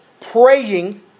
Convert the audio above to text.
praying